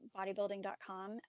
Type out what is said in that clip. bodybuilding.com